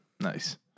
nice